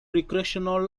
recreational